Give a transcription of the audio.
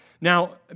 Now